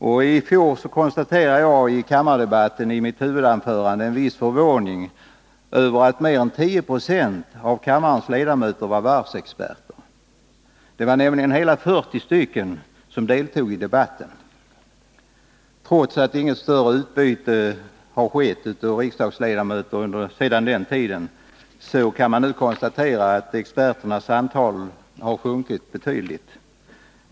I fjol uttryckte jag i mitt huvudanförande i kammardebatten en viss förvåning över att mer än 10 26 av kammarens ledamöter var varvsexperter. Det var nämligen så många som 40 som deltog i debatten. Trots att det inte har skett något större utbyte av riksdagsledamöter sedan den tidpunkten, kan man konstatera att experternas antal nu har sjunkit betydligt.